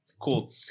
Cool